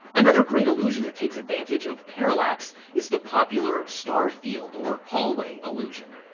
another great illusion that takes advantage of parallax is the popular star field or hallway illusion.